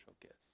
gifts